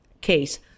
case